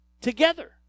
together